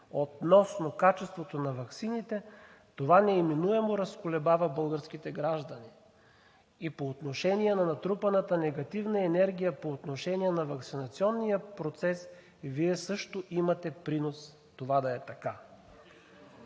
относно качеството на ваксините, това неминуемо разколебава българските граждани. И по отношение на натрупаната негативна енергия по отношение на ваксинационния процес Вие също имате принос това да е така.